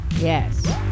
Yes